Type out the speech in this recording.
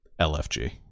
LFG